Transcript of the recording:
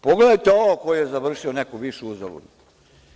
Pogledajte ovog koji je završio neku višu uzaludnu.